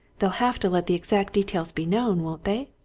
they'll have to let the exact details be known, won't they?